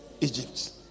Egypt